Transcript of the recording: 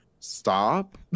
stop